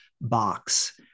box